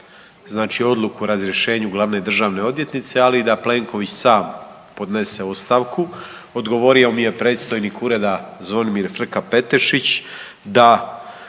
Sabor odluku o razrješenju glavne državne odvjetnice, ali da i Plenković sam podnese ostavku. Odgovorio mi je predsjednik ureda Zvonimir Frka-Petešić da